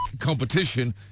competition